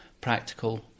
practical